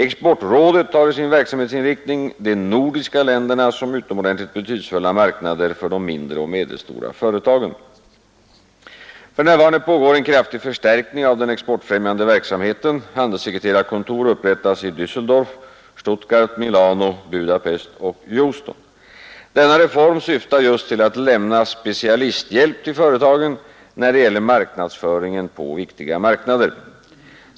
Exportrådet har i sin verksamhetsinriktning de nordiska länderna som utomordentligt betydelsefulla marknader för de mindre och medelstora företagen. För närvarande pågår en kraftig förstärkning av den exportfrämjande verksamheten. Handelssekreterarkontor upprättas i Dösseldorf, Stuttgart, Milano, Budapest och Houston. Denna reform syftar just till att lämna specialisthjälp till företagen när det gäller marknadsföringen på viktiga marknader.